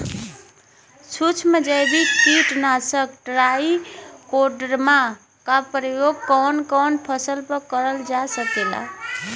सुक्ष्म जैविक कीट नाशक ट्राइकोडर्मा क प्रयोग कवन कवन फसल पर करल जा सकेला?